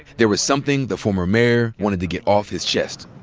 there was something the former mayor wanted to get off his chest.